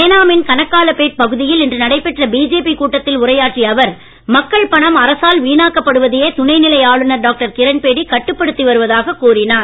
ஏனாமின் கனக்காலபேட் பகுதியில் இன்று நடைபெற்ற பிஜேபி கூட்டத்தில் உரையாற்றிய அவர் மக்கள் பணம் அரசால் வீணாக்கப்படுவதையே துணை நிலை ஆளுனர் டாக்டர் கிரண்பேடி கட்டுப்படுத்தி வருவதாக கூறினார்